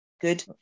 Good